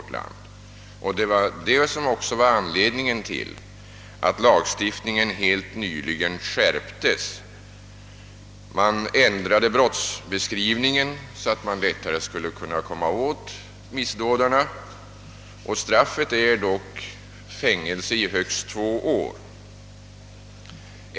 Detta var också anledningen till att lagstiftningen helt nyligen skärptes. Man ändrade brottsbeskrivningen så, att man lättare skulle kunna komma åt missdådarna, och straffet är dock fängelse i högst två år.